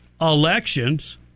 elections